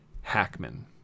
Hackman